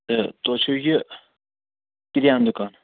تہٕ تُہۍ چھُو یہِ کِریانہٕ دُکان